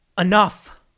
enough